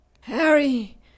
Harry